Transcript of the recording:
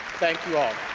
thank you all